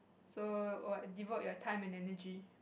so what devote your time and energy